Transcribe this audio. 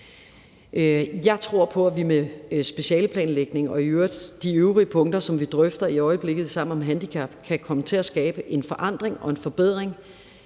Jeg tror på, at vi med specialeplanlægning og i øvrigt de øvrige punkter, som vi drøfter i øjeblikket i Sammen om handicap, kan komme til at skabe en forandring, en forbedring,